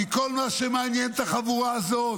כי כל מה שמעניין את החבורה הזאת